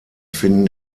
finden